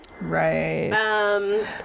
Right